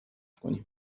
کنیم